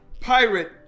pirate